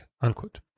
unquote